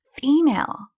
female